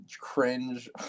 cringe